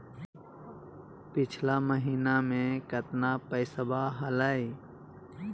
पिछला महीना मे कतना पैसवा हलय?